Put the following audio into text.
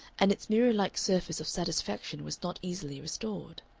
and its mirror-like surface of satisfaction was not easily restored.